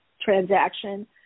transaction